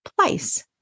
place